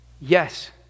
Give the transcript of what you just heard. yes